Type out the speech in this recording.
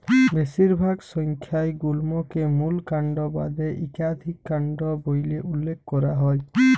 বেশিরভাগ সংখ্যায় গুল্মকে মূল কাল্ড বাদে ইকাধিক কাল্ড ব্যইলে উল্লেখ ক্যরা হ্যয়